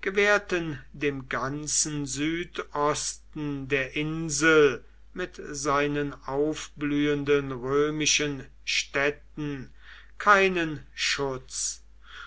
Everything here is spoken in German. gewährten dem ganzen südosten der insel mit seinen aufblühenden römischen städten keinen schutz